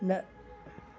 न